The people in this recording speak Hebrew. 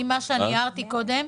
אני שאלתי את השאלה,